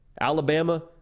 Alabama